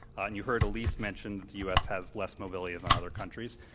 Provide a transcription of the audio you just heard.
and you heard elise mention that the u. s. has less mobility than other countries.